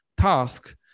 task